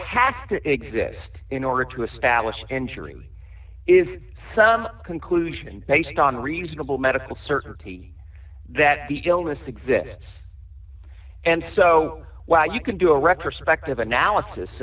has to exist in order to establish injury is some conclusion based on reasonable medical certainty that the illness exists and so well you can do a wrecker subjective analysis